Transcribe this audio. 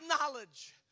knowledge